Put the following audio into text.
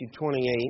28